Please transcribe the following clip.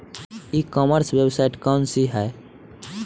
ई commerce website कौन सी है?